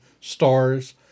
stars